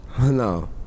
No